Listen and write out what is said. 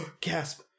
gasp